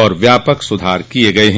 और व्यापक सुधार किये गए हैं